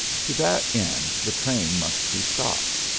to that end the train must be stopped.